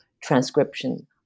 transcription